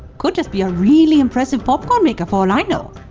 could just be a really impressive popcorn-maker for all i know.